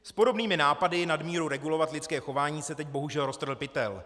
S podobnými nápady nadmíru regulovat lidské chování se teď bohužel roztrhl pytel.